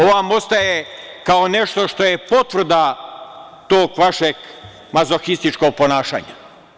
Ovo vam ostaje kao nešto što je potvrda tog vašeg mazohističkog ponašanja.